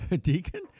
Deacon